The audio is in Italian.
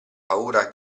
paura